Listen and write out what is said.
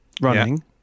running